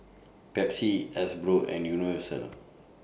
Pepsi Hasbro and Universal